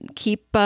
Keep